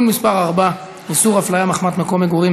מס' 4) (איסור הפליה מחמת מקום מגורים),